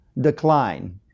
decline